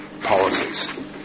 policies